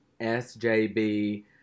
SJB